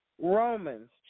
Romans